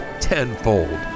tenfold